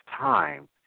time